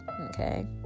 Okay